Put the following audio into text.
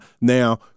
now